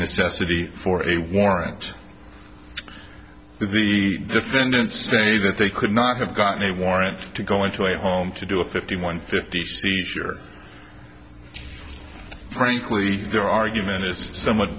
excessively for a warrant the defendants say that they could not have gotten a warrant to go into a home to do a fifty one fifty seizure frankly their argument is somewhat